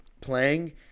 playing